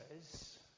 says